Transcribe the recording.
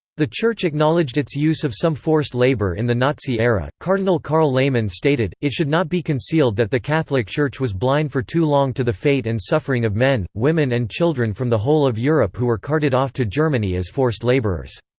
the church acknowledged its use of some forced labour in the nazi era cardinal karl lehmann stated, it should not be concealed that the catholic church was blind for too long to the fate and suffering of men, women and children from the whole of europe who were carted off to germany as forced laborers.